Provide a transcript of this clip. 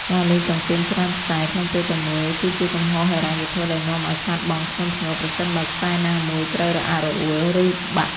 ការលេងតុងទីនច្រើនខ្សែក្នុងពេលតែមួយ គឺជាកំហុសហិរញ្ញវត្ថុដែលនាំឱ្យខាតបង់ធ្ងន់ធ្ងរ ប្រសិនបើខ្សែណាមួយត្រូវរអាក់រអួល ឬបាក់។